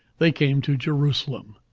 they came to jerusalem,